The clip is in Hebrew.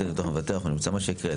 מה שהקראת,